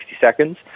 seconds